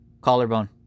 Collarbone